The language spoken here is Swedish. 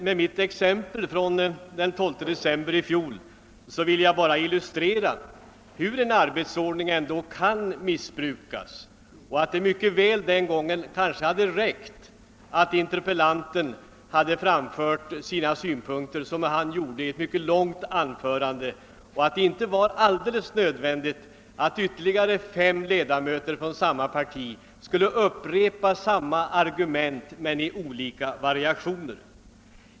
Med mitt exempel från den 12 december i fjol ville jag bara illustrera hur arbetsordningen kan missbrukas. Det kunde den gången ha räckt med att interpellanten framfört sina synpunkter, såsom han gjorde i ett mycket långt anförande. Det var inte alldeles nödvändigt att ytterligare fem ledamöter från samma parti upprepade samma argument men i olika variationer.